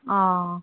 ꯑꯥ